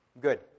Good